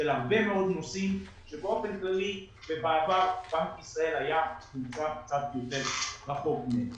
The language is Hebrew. של הרבה מאוד נושאים שבאופן כללי בעבר בנק ישראל היה קצת יותר רחוק מזה.